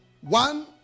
one